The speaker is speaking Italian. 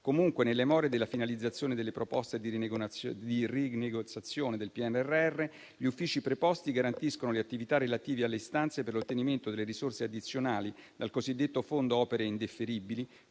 Comunque, nelle more della finalizzazione delle proposte di rinegoziazione del PNRR, gli uffici preposti garantiscono le attività relative alle istanze per l'ottenimento delle risorse addizionali dal cosiddetto fondo opere indifferibili